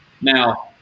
Now